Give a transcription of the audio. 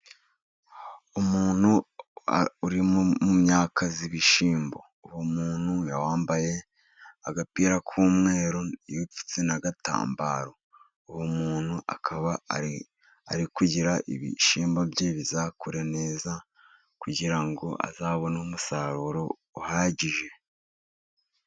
Umuntu uri mu myaka y'ibishimbo, uwo muntu yambaye agapira k'umweru, yipfutse n'atambaro, uwo muntu akaba ari kugira ibishyimbo bye bizakure neza, kugira ngo azabone umusaruro uhagije.